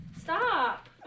Stop